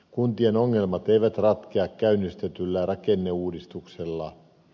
kuntien ongelmat eivät ratkea käynnistetyllä rakenneuudistuksella